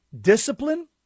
discipline